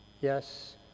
Yes